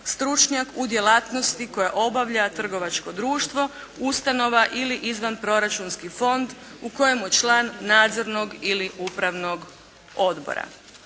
stručnjak u djelatnosti koja obavlja trgovačko društvo, ustanova ili izvanproračunski fond u kojemu je član nadzornog ili upravnog odbora.